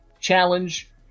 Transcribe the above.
challenge